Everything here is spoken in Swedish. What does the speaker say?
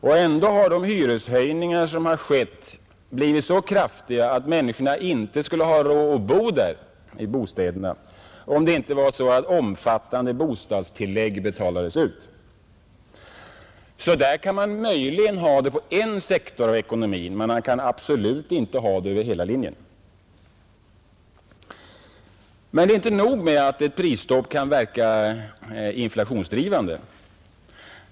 Och ändå har de hyreshöjningar som skett blivit så kraftiga att människor inte skulle ha råd att bo i bostäderna, om inte omfattande bostadstillägg hade betalats ut. Så där kan man möjligen ha det inom en sektor av ekonomin men absolut inte över hela linjen. Men det är inte nog med att ett prisstopp kan verka inflationsdrivande.